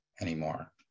anymore